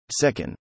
Second